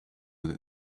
that